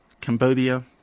Cambodia